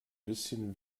bisschen